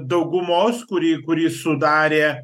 daugumos kuri kuri sudarė